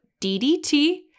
DDT